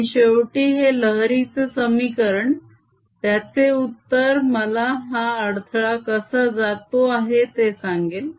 आणि शेवटी हे लहरीचे समीकरण त्याचे उत्तर मला हा अडथळा कसा जातो आहे ते सांगेल